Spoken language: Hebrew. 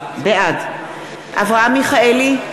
בעד אברהם מיכאלי,